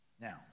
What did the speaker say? Now